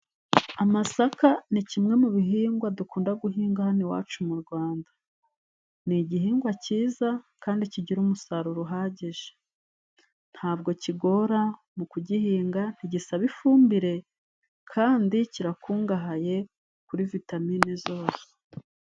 Amasaka ni kimwe mu bihingwa dukunda guhinga hano iwacu mu Rwanda. Ni igihingwa cyiza kandi kigira umusaruro uhagije. Nta bwo kigora mu kugihinga, ntigisaba ifumbire, kandi kirakungahaye kuri vitamine zose.